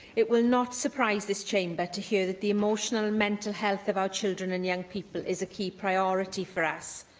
it will not surprise this chamber to hear that the emotional and mental health of our children and young people is a key priority for us.